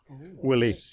Willie